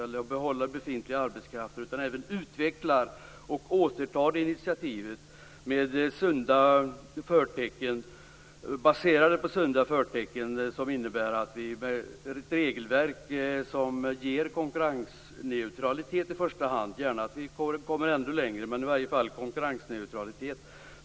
Långsiktighet är nödvändigt också för att man skall kunna utveckla verksamheten och återta initiativet baserat på sunda förtecken och med ett regelverk som i första hand ger konkurrensneutralitet.